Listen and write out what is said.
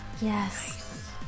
Yes